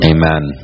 Amen